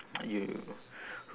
you